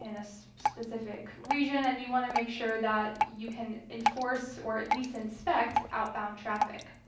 in a so specific region, and you want to make sure that you can enforce or at least inspect outbound traffic.